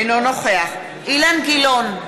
אינו נוכח אילן גילאון,